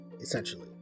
essentially